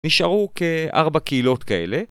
נשארו כ-4 קהילות כאלה